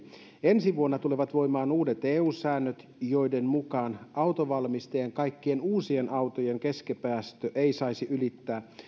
ensi vuonna tulevat voimaan uudet eu säännöt joiden mukaan autovalmistajien kaikkien uusien autojen keskipäästö ei saisi ylittää